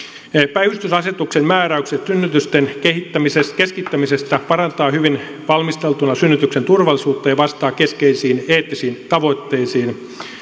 päivystysasetuksen määräykset synnytysten keskittämisestä parantavat hyvin valmistautumista synnytyksen turvallisuuteen ja vastaavat keskeisiin eettisiin tavoitteisiin